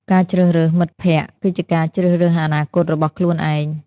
ការជ្រើសរើសមិត្តភក្តិ គឺជាការជ្រើសរើសអនាគតរបស់ខ្លួនឯង។